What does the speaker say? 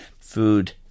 food